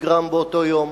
שנגרם באותו יום.